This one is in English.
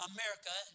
America